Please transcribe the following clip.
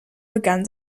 begann